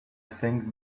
think